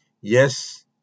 Yes